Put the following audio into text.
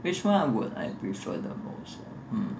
which [one] I would I prefer the most uh hmm